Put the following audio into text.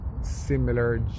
similar